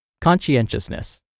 Conscientiousness